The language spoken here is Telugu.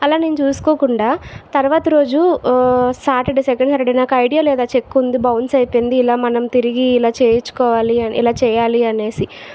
అలా నేను చూసుకోకుండా తర్వాత రోజు సాటర్డే సెకండ్ సాటర్డే నాకు ఐడియా లేదు ఇలా ఆ చెక్కు ఉంది బౌన్స్ అయిపోయింది ఇలా మనం తిరిగి ఇలా చేయించుకోవాలి అని ఇలా చేయాలి అనేసి